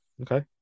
Okay